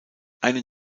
einen